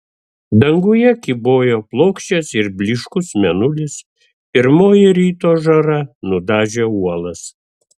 danguje kybojo plokščias ir blyškus mėnulis pirmoji ryto žara nudažė uolas